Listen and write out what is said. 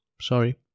Sorry